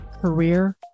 career